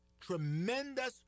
tremendous